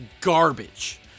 garbage